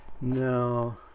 No